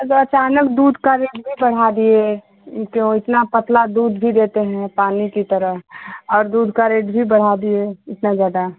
आप अचानक दूध का रेट भी बढ़ा दिए तो इतना पतला दूध भी देते हैं पानी की तरह और दूध का रेट भी बढ़ा दिए इतना ज़्यादा